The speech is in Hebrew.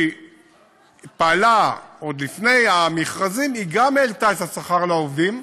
שפעלה עוד לפני המכרזים, העלתה את השכר לעובדים,